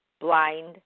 Blind